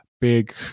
big